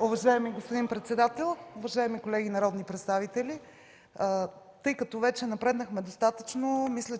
Уважаеми господин председател, уважаеми колеги народни представители! Тъй като вече напреднахме достатъчно, мисля,